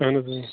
اَہن حظ